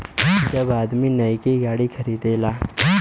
जब आदमी नैकी गाड़ी खरीदेला